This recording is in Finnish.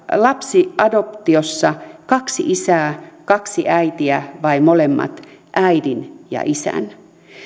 lapsi adoptiossa kaksi isää kaksi äitiä vai molemmat äidin ja isän